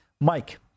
Mike